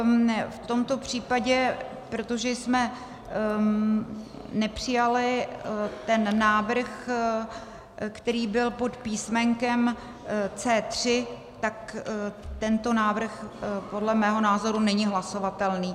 V tomto případě, protože jsme nepřijali ten návrh, který byl pod písmenkem C3, tak tento návrh podle mého názoru není hlasovatelný.